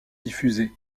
diffusé